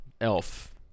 Elf